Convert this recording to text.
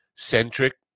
Centric